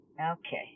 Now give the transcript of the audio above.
Okay